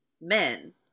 men